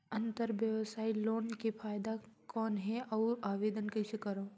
अंतरव्यवसायी लोन के फाइदा कौन हे? अउ आवेदन कइसे करव?